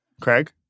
Craig